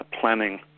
planning